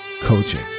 Coaching